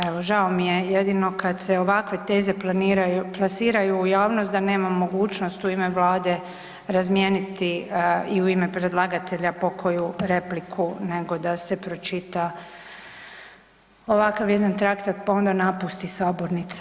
Evo žao mi je jedino kad se ovakve teze plasiraju u javnost da nemam mogućnost u ime Vlade razmijeniti i u ime predlagatelja pokoju repliku, nego da se pročita ovakav jedan traktat pa onda napusti sabornica.